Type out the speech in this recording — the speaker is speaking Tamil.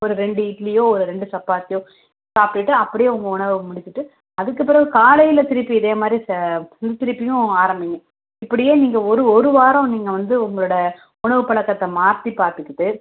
ஒரு ரெண்டு இட்லியோ ஒரு ரெண்டு சப்பாத்தியோ சாப்பிட்டுட்டு அப்படியே உங்கள் உணவை முடிச்சுட்டு அதுக்குப்பெறகு காலையில் திரும்பி இதே மாதிரி ச திரு திரும்பியும் ஆரம்பிங்க இப்படியே நீங்கள் ஒரு ஒரு வாரம் நீங்கள் வந்து உங்களோடய உணவு பழக்கத்த மாற்றிப் பார்த்துக்கிட்டு